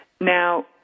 now